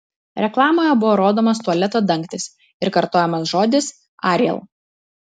reklamoje buvo rodomas tualeto dangtis ir kartojamas žodis ariel